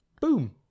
Boom